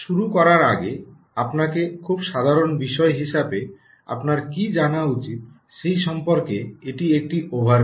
শুরু করার আগে আপনাকে খুব সাধারণ বিষয় হিসাবে আপনার কী জানা উচিত সে সম্পর্কে এটি একটি ওভারভিউ